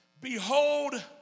behold